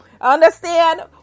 understand